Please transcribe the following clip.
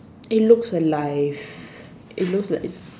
it looks alive it looks like it's